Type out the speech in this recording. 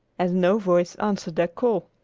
as no voice answered their call.